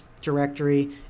directory